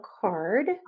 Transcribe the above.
card